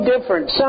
different